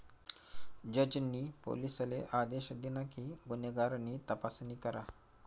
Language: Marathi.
जज नी पोलिसले आदेश दिना कि गुन्हेगार नी तपासणी करा